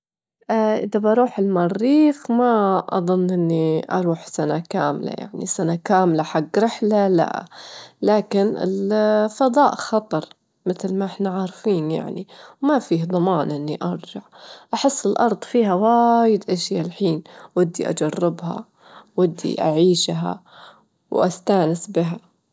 أنصحه أول شي إنه يحاول يطور من مهاراته، ويتعلم أشياء جديدة، متل أنه يروح للدورات التدريبية أو الشهادات محترفيها، بعدبن يتأكد أنه يسوي له سيرة ذاتية تكون حديتة، بعدين يكون له فرص جديدة.